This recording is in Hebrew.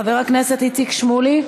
חבר הכנסת איציק שמולי,